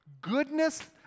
goodness